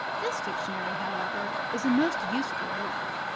this dictionary, however, is a most useful work.